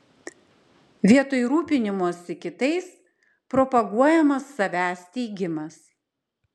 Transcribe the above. vietoj rūpinimosi kitais propaguojamas savęs teigimas